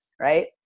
right